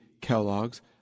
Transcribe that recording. Kellogg's